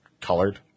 colored